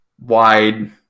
wide